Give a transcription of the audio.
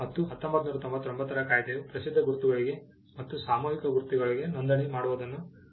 ಮತ್ತು 1999ರ ಕಾಯ್ದೆಯು ಪ್ರಸಿದ್ಧ ಗುರುತುಗಳಿಗೆ ಮತ್ತು ಸಾಮೂಹಿಕ ಗುರುತುಗಳಿಗೆ ನೋಂದಣಿ ಮಾಡುವುದನ್ನು ಪರಿಚಯಿಸಿತು